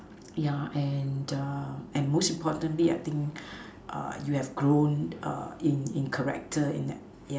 ya and err and most importantly I think err you have grown err in in character in that ya